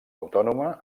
autònoma